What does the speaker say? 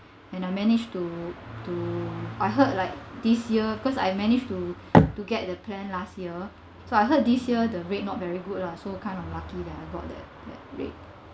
and I managed to to I heard like this year cause I manage to to get the plan last year so I heard this year the rate not very good lah so kind of lucky that I got that that rate